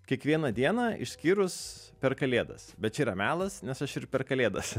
kiekvieną dieną išskyrus per kalėdas bet čia yra melas nes aš ir per kalėdas